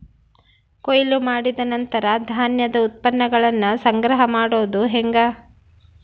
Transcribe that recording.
ಕೊಯ್ಲು ಮಾಡಿದ ನಂತರ ಧಾನ್ಯದ ಉತ್ಪನ್ನಗಳನ್ನ ಸಂಗ್ರಹ ಮಾಡೋದು ಹೆಂಗ?